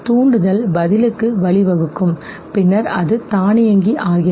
தூண்டுதல் பதிலுக்கு வழிவகுக்கும் பின்னர் அது தானியங்கி ஆகிறது